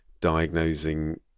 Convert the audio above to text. diagnosing